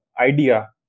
idea